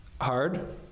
Hard